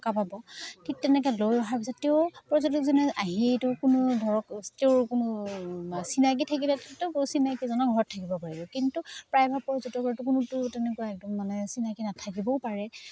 টকা পাব ঠিক তেনেকে লৈ অহাৰ পিছত তেওঁ পৰ্যটকজনে আহি তেওঁ কোনো ধৰক তেওঁৰ কোনো চিনাকী থাকিলে চিনাকিজনক ঘৰত থাকিব পাৰিব কিন্তু প্ৰায়ভাগ পৰ্যটকৰতো কোনোতো তেনেকুৱা একদম মানে চিনাকী নাথাকিবও পাৰে